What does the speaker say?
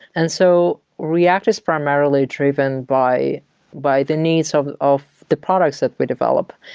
and so react is primarily driven by by the needs of of the products that we develop.